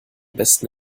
besten